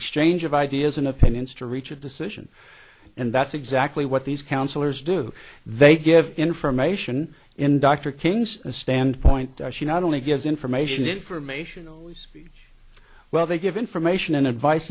exchange of ideas and opinions to reach a decision and that's exactly what these councillors do they give information in dr king's standpoint she not only gives information information always well they give information and advice